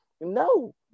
No